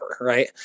right